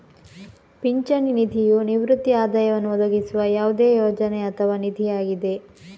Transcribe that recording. ಪಿಂಚಣಿ ನಿಧಿಯು ನಿವೃತ್ತಿ ಆದಾಯವನ್ನು ಒದಗಿಸುವ ಯಾವುದೇ ಯೋಜನೆ ಅಥವಾ ನಿಧಿಯಾಗಿದೆ